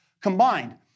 combined